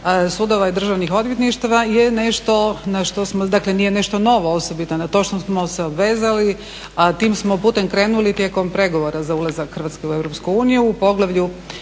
sudova i državnih odvjetništava je nešto na što smo, dakle nije nešto novo, osobito na to što smo se obvezali, a tim smo putem krenuli tijekom pregovora za ulazak Hrvatske u EU u poglavlju